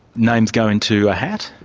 names go into a hat?